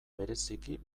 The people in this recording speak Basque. bereziki